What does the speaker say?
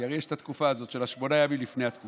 כי הרי יש את התקופה הזאת של שמונת הימים לפני התקופה